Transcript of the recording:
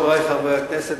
חברי חברי הכנסת,